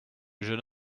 jeune